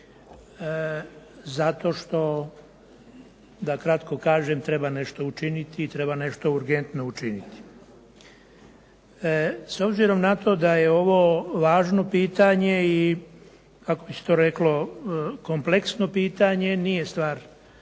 zato što da kratko kažem treba nešto učiniti, treba nešto urgentno učiniti. S obzirom na to da je ovo važno pitanje i kako bi se to reklo, kompleksno pitanje nije stvar